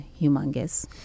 humongous